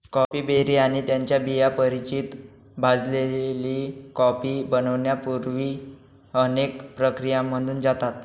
coffee berry आणि त्यांच्या बिया परिचित भाजलेली कॉफी बनण्यापूर्वी अनेक प्रक्रियांमधून जातात